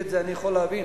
את זה אני יכול להבין,